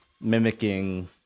mimicking